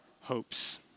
hopes